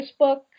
Facebook